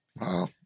Wow